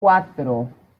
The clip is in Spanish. cuatro